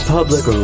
Public